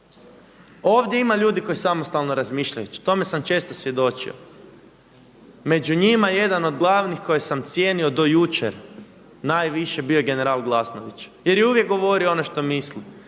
Ovdje ima ljudi koji samostalno razmišljaju. Tome sam često svjedočio. Među njima jedan od glavnih koje sam cijenio do jučer najviše bio je general Glasnović jer je uvijek govorio ono što misli.